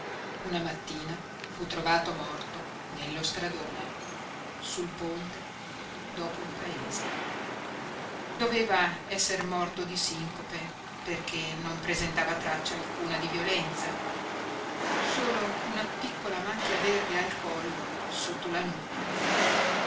una mattina fu trovato morto nello stradone sul ponte dopo il paese doveva esser morto di sincope perché non presentava traccia alcuna di violenza solo una piccola macchia verde al collo sotto la nuca